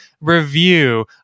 review